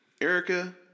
Erica